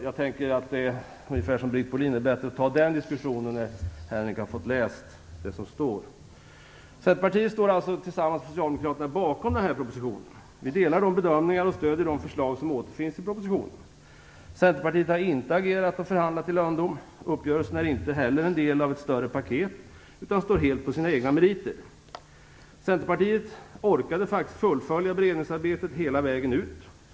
Jag tycker som Britt Bohlin att det är bättre att ta den diskussionen när Henrik Landerholm har läst det som står. Centerpartiet står tillsammans med Socialdemokraterna bakom propositionen. Vi delar de bedömningar och stöder de förslag som återfinns i propositionen. Centerpartiet har inte agerat och förhandlat i lönndom. Uppgörelsen är inte heller en del av ett större paket utan lever helt på sina egna meriter. Centerpartiet orkade fullfölja beredningsarbetet hela vägen ut.